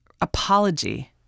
apology